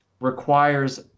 requires